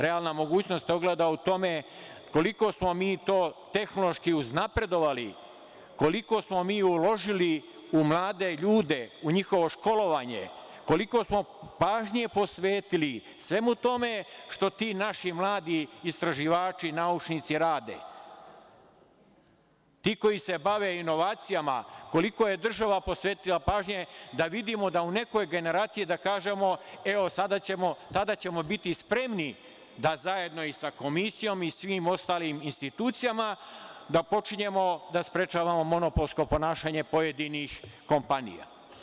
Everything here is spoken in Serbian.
Realna mogućnost se ogleda u tome koliko smo mi to tehnološki uznapredovali, koliko smo mi uložili u mlade ljude, u njihovo školovanje, koliko smo pažnje posvetili svemu tome što ti naši mladi istraživači, naučnici, rade, ti koji se bave inovacijama, koliko je država posvetila pažnje, da vidimo da u nekoj generaciji, da kažemo, evo, tada ćemo biti spremni da zajedno i sa komisijom i svim ostalim institucijama da počinjemo da sprečavamo monopolsko ponašanje pojedinih kompanija.